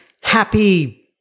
happy